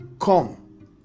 come